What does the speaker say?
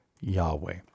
Yahweh